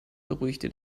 beruhigte